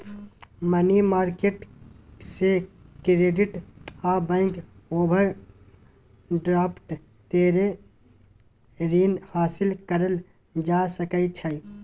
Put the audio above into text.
money market से credit आ bank overdraft तरे रीन हासिल करल जा सकइ छइ